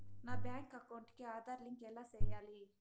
నా bank account కి Aadhaar link ఎలా సేయాలి